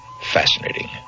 fascinating